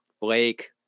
Blake